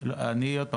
עוד פעם,